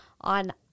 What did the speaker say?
on